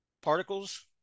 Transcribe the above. particles